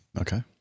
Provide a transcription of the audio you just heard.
Okay